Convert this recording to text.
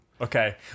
Okay